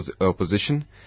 opposition